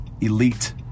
elite